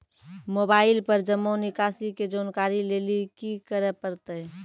Mobile पर जमा निकासी के जानकरी लेली की करे परतै?